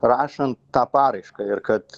rašant tą paraišką ir kad